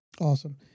Awesome